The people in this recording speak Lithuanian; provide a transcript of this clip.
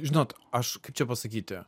žinot aš čia pasakyti